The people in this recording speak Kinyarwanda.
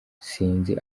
sinzi